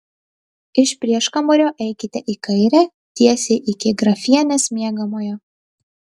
iš prieškambario eikite į kairę tiesiai iki grafienės miegamojo